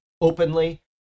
openly